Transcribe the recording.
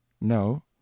no